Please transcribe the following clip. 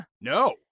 No